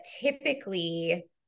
typically